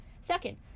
Second